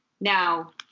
Now